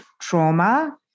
trauma